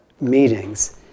meetings